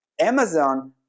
Amazon